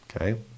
Okay